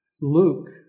Luke